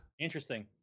Interesting